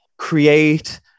create